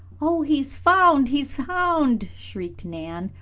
oh, he's found! he's found! shrieked nan.